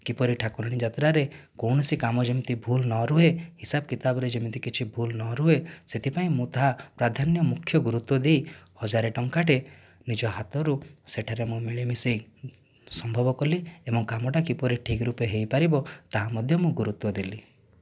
କିପରି ଠାକୁରାଣୀ ଯାତ୍ରାରେ କୌଣସି କାମରେ ଯେମିତି ଭୁଲ ନ ରୁହେ ହିସାବ କିତାବରେ ଯେମିତି କିଛି ଭୁଲ ନ ରୁହେ ସେଥିପାଇଁ ମୁଁ ତାହା ପ୍ରାଧାନ୍ୟ ମୁଖ୍ୟ ଗୁରୁତ୍ୱ ଦେଇ ହଜାରେ ଟଙ୍କାଟେ ନିଜ ହାତରୁ ସେଠାରେ ମୁଁ ମିଳିମିଶି ସମ୍ଭବ କଲି ଏବଂ କାମଟା କିପରି ଠିକ୍ ରୂପେ ହୋଇପାରିବ ତାହା ମଧ୍ୟ ମୁଁ ଗୁରୁତ୍ୱ ଦେଲି